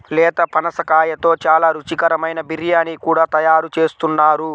లేత పనసకాయతో చాలా రుచికరమైన బిర్యానీ కూడా తయారు చేస్తున్నారు